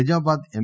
Nizamabad ఎం